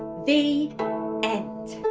the end.